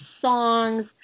songs